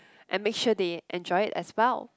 and make sure they enjoy it as well